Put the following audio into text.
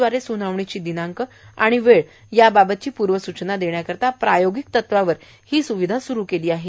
द्वारे सुनावणीची दिनांक व वेळ याबाबतची पूर्व सूचना देण्याकरीता प्रायोगिक तत्वावर ही सुविधा न्कतीच सुरु केली आहे